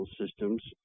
systems